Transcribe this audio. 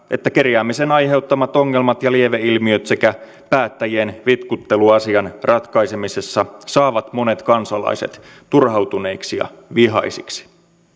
että kerjäämisen aiheuttamat ongelmat ja lieveilmiöt sekä päättäjien vitkuttelu asian ratkaisemisessa saavat monet kansalaiset turhautuneiksi ja vihaisiksi